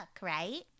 right